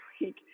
week